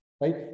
right